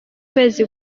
kwezi